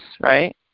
right